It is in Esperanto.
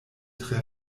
tre